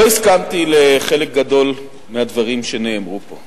לא הסכמתי עם חלק גדול מהדברים שנאמרו פה.